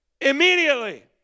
Immediately